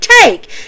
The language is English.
take